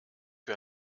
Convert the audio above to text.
für